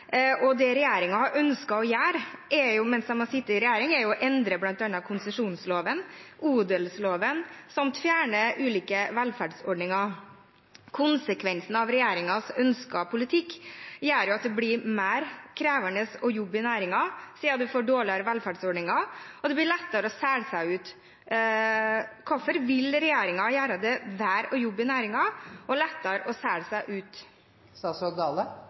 Det regjeringen har ønsket å gjøre mens de har sittet i regjering, er å endre bl.a. konsesjonsloven og odelsloven samt fjerne ulike velferdsordninger. Konsekvensen av regjeringens ønskede politikk er at det blir mer krevende å jobbe i næringen, siden man får dårligere velferdsordninger, og det blir lettere å selge seg ut. Hvorfor vil regjeringen gjøre det verre å jobbe i næringen og lettere å selge seg ut?